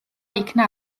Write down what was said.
იქნა